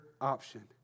option